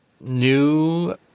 new